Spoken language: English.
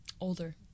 older